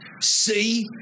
See